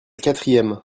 quatrième